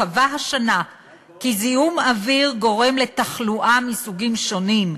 קבע השנה כי זיהום אוויר גורם לתחלואה מסוגים שונים,